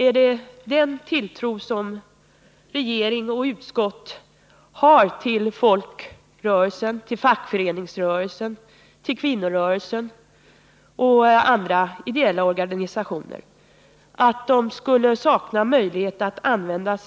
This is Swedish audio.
Är det den tilltro som regering och utskott har till folkrörelsetna, till fackföreningsrörelsen, till kvinnorörelsen och andra ideella organisationer — att de saknar möjlighet att använda